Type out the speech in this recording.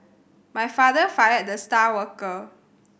my father fired the star worker